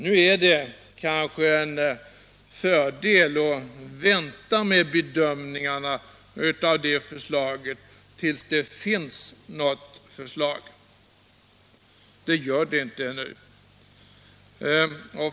Det är kanske en fördel att vänta med bedömningen tills det finns något förslag. Det gör det inte ännu.